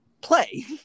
play